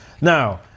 Now